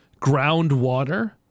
Groundwater